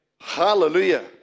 Hallelujah